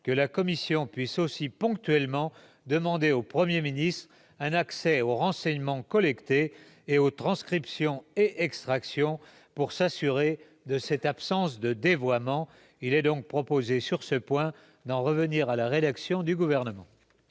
que la commission puisse aussi ponctuellement demander au Premier ministre un accès aux renseignements collectés et aux transcriptions et extractions pour s'assurer de cette absence de dévoiement. Il est donc proposé sur ce point d'en revenir à la rédaction du Gouvernement.